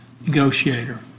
Negotiator